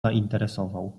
zainteresował